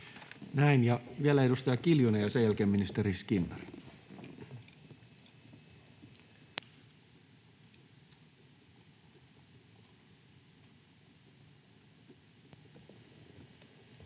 Näin. — Vielä edustaja Kiljunen, ja sen jälkeen ministeri Skinnari.